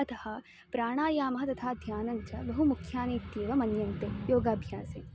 अतः प्राणायामः तथा ध्यानञ्च बहु मुख्यानि इत्येव मन्यन्ते योगाभ्यासे